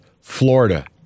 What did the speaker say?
Florida